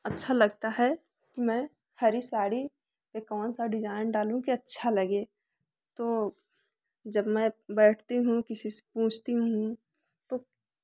अच्छा लगता है मैं हरी साड़ी में कौन सा डिजाइन डालूं कि अच्छा लगे तो जब मैं बैठती हूँ किसी से पूछती हूँ तो